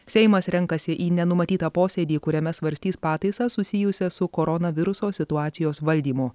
seimas renkasi į nenumatytą posėdį kuriame svarstys pataisas susijusias su koronaviruso situacijos valdymu